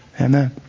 Amen